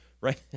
right